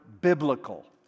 biblical